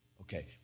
okay